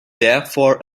therefore